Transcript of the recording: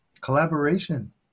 collaboration